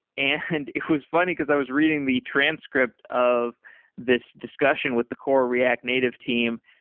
and it was funny, because i was reading the transcript of this discussion with the core react native team,